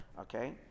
Okay